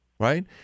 right